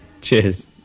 Cheers